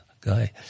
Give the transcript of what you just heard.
guy